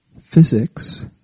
physics